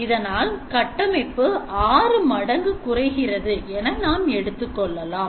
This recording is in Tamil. அதனால் கட்டமைப்பு 6 மடக்கு குறைகிறது என நாம் எடுத்துக் கொள்ளலாம்